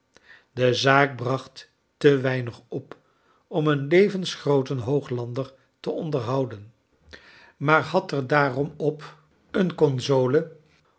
de zaak bracht te weinig op om een levensgrooten hooglander te onderhouden maar had er daarom op een console